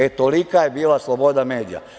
E, tolika je bila sloboda medija.